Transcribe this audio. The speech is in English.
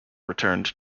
returned